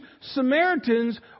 Samaritans